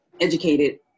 educated